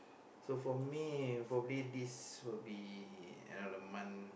so for me probably this will be another month